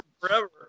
forever